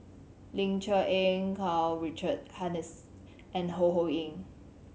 Ling Cher Eng Karl Richard Hanitsch and Ho Ho Ying